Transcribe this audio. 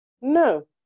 No